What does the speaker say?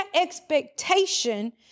expectation